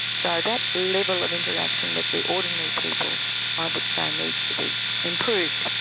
so that level of interaction with the ordinary people i would say needs to be improved.